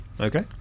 Okay